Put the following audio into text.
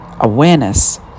awareness